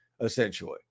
essentially